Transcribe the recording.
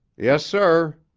yes, sir.